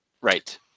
right